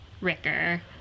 Ricker